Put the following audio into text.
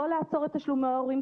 לא לעצור את תשלומי ההורים,